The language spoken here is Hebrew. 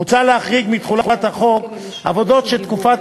מוצע להחריג מתחולת החוק עבודות שתקופת